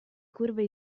curve